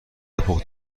پخته